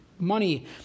Money